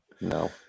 No